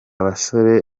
basore